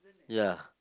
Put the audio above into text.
ya